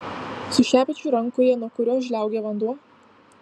su šepečiu rankoje nuo kurio žliaugia vanduo